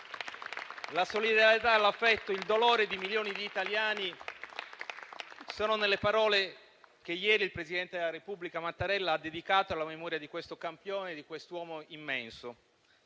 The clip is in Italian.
La solidarietà, l'affetto e il dolore di milioni di italiani sono nelle parole che ieri il presidente della Repubblica Mattarella ha dedicato alla memoria di questo campione, di quest'uomo immenso.